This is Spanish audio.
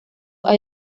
hay